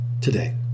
today